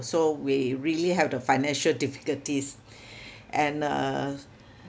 so we really have the financial difficulties and uh